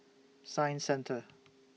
Science Centre